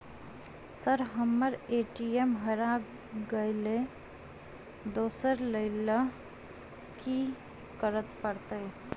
Sir हम्मर ATM हरा गइलए दोसर लईलैल की करऽ परतै?